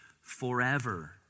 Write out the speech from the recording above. forever